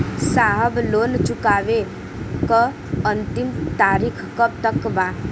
साहब लोन चुकावे क अंतिम तारीख कब तक बा?